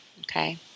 okay